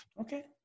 Okay